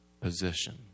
position